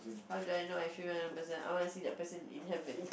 how do I know I feel I want that person I want to see that person in heaven